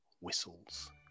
whistles